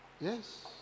Yes